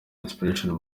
inspiration